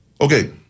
Okay